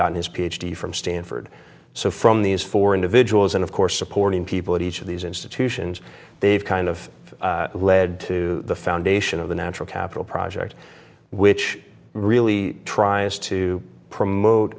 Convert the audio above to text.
gotten his ph d from stanford so from these four individuals and of course supporting people at each of these institutions they've kind of led to the foundation of the natural capital project which really tries to promote